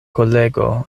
kolego